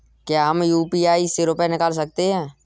क्या हम यू.पी.आई से रुपये निकाल सकते हैं?